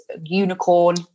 unicorn